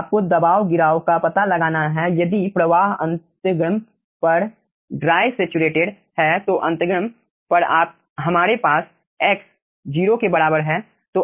आपको दबाव गिराव का पता लगाना है यदि प्रवाह अंतर्गम पर ड्राए सैचुरेटेड है तो अंतर्गम पर हमारे पास x 0 के बराबर है